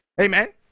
Amen